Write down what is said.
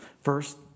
First